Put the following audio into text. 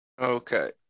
okay